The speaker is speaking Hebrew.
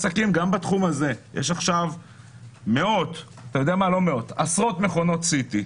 יש עכשיו עשרות מכונות CT,